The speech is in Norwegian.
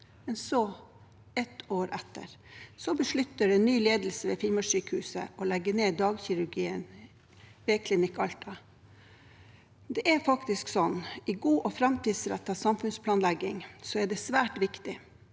ett år etter, besluttet en ny ledelse ved Finnmarkssykehuset å legge ned dagkirurgien ved Klinikk Alta. I god og framtidsrettet samfunnsplanlegging er det svært viktig